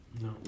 No